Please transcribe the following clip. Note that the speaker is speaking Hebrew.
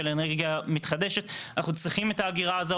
אנרגיה מתחדשת אנחנו צריכים את האגירה הזו,